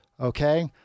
okay